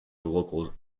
local